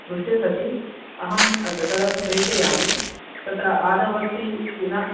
पृष्टे सति अहं तदपि प्रेषयामि तत्र आदौ अस्ति ति न